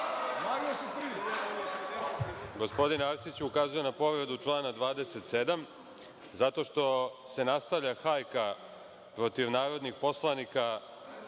Gospodine Arsiću, ukazujem na povredu člana 27, zato što se nastavlja hajka protiv narodnih poslanika